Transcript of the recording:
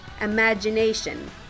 imagination